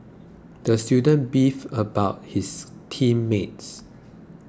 the student beefed about his team mates